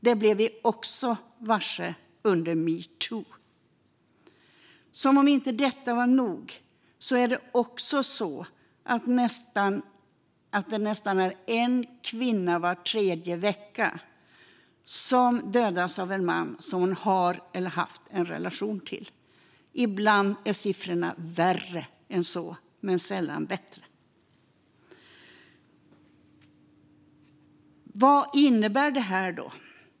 Det blev vi också varse under metoo. Som om inte detta var nog är det också nästan en kvinna som var tredje vecka dödas av en man som hon har eller har haft en relation till. Ibland är siffrorna värre än så, men sällan bättre. Vad innebär då detta?